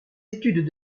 études